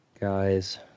guys